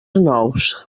nous